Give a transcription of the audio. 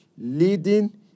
leading